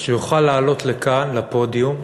שהוא יוכל לעלות לכאן, לפודיום,